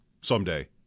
someday